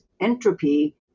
entropy